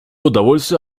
удовольствие